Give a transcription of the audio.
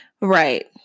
Right